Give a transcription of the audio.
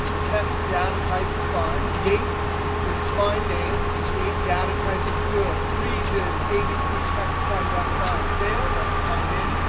text data type is fine. date is a fine name. date data type is good. region abc text type, that's fine. sales, that's a fine name.